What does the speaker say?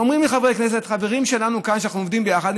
אומרים לי חברי כנסת חברים שלנו כאן שאנחנו עובדים ביחד: